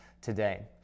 today